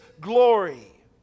glory